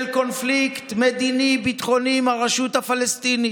קונפליקט מדיני-ביטחוני עם הרשות הפלסטינית,